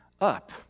up